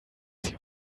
sie